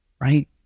right